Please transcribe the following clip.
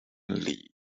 lee